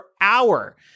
hour